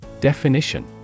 Definition